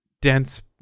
dense